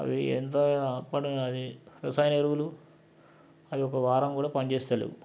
అవి ఎంత అప్పడ అది రసాయన ఎరువులు అవి ఒక వారం కూడా పని చేస్తలేవు